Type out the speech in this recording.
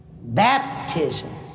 baptism